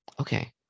Okay